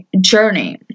journey